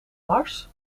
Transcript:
mars